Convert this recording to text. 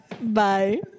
bye